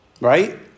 right